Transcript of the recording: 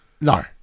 No